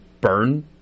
burn